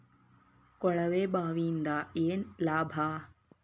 ಕೊಳವೆ ಬಾವಿಯಿಂದ ಏನ್ ಲಾಭಾ?